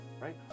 right